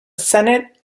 senate